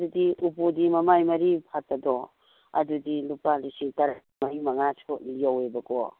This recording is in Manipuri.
ꯑꯗꯨꯗꯤ ꯎꯄꯨꯗꯤ ꯃꯃꯥꯏ ꯃꯔꯤ ꯐꯥꯠꯄꯗꯣ ꯑꯗꯨꯗꯤ ꯂꯨꯄꯥ ꯂꯤꯁꯤꯡ ꯇꯔꯦꯠ ꯃꯔꯤ ꯃꯉꯥ ꯌꯧꯋꯦꯕꯀꯣ